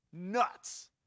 nuts